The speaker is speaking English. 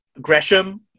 Gresham